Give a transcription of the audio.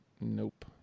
Nope